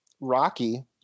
Rocky